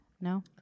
No